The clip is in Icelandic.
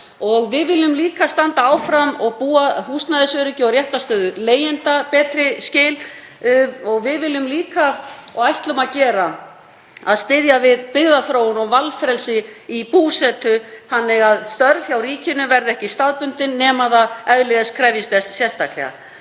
Við viljum líka standa áfram að húsnæðisöryggi og gera réttarstöðu leigjenda betri skil. Við viljum og ætlum líka að styðja við byggðaþróun og valfrelsi í búsetu þannig að störf hjá ríkinu verði ekki staðbundin nema eðli starfsins krefjist þess sérstaklega.